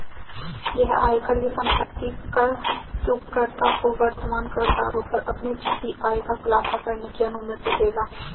यह आयकर या संपत्ति कर चूककर्ताओं को वर्तमान करदरों पर अपनी छिपी आय का खुलासा करने की अनुमति देगा